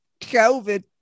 COVID